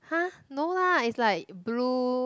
!huh! no lah it's like blue